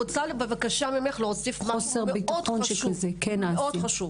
בבקשה ממך, אני רוצה להוסיף משהו מאוד חשוב.